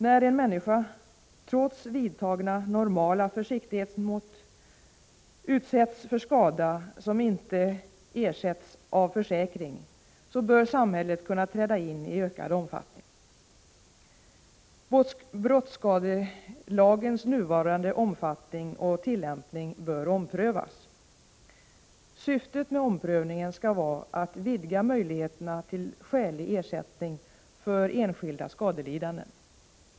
När en människa, trots vidtagna normala försiktighetsmått, utsätts för skada som inte ersätts av försäkring, bör samhället kunna träda in i ökad omfattning. Brottsskadelagens nuvarande utformning och tillämpning bör omprövas. Syftet med omprövningen skall vara att vidga möjligheterna till skälig ersättning för enskilda skadelidande.